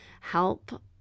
help